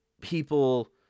people